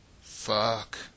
fuck